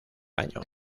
año